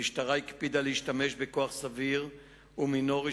המשטרה הקפידה להשתמש בכוח סביר ומינורי,